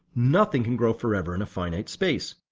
nothing can grow forever in a finite space.